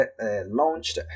launched